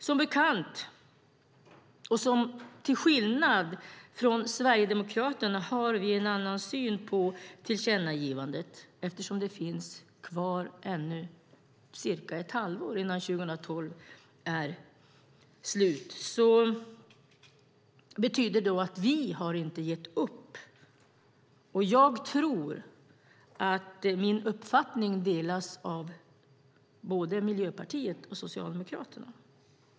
Som bekant, och till skillnad mot Sverigedemokraterna, har vi en annan syn på tillkännagivandet, eftersom det fortfarande är cirka ett halvår kvar till slutet av 2012. Det betyder att vi inte har gett upp, och jag tror att min uppfattning delas av både Miljöpartiet och Socialdemokraterna.